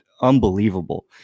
unbelievable